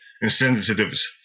incentives